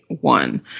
one